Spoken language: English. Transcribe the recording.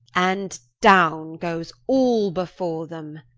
and downe goes all before them.